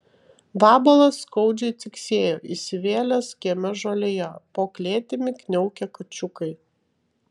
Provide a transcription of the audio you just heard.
vabalas skaudžiai ciksėjo įsivėlęs kieme žolėje po klėtimi kniaukė kačiukai